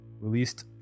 Released